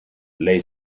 lay